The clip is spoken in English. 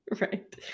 Right